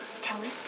Kelly